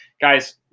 Guys